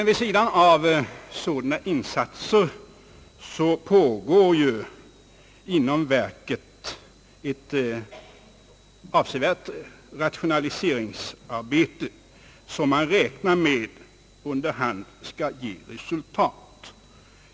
Vid sidan av sådana insatser pågår inom verket ett avsevärt rationaliseringsarbete, som man räknar med under hand skall ge resultat.